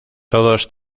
todos